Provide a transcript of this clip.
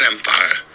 Empire